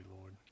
Lord